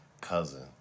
cousin